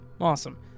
awesome